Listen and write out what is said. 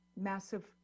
massive